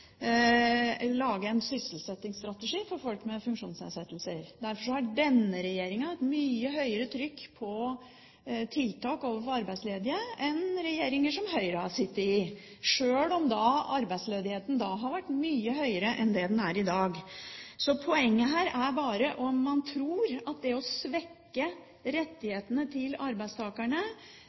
lage en sysselsettingsstrategi for folk med funksjonsnedsettelser. Derfor har denne regjeringen et mye høyere trykk på tiltak overfor arbeidsledige enn regjeringer som Høyre har sittet i, sjøl om arbeidsledigheten da har vært mye høyere enn den er i dag. Så poenget her er om man tror at det å svekke rettighetene til arbeidstakerne